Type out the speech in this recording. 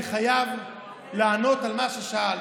אני חייב לענות על מה ששאלת.